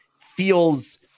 feels